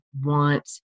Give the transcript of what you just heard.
want